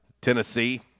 Tennessee